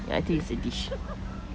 ya I think it's a dish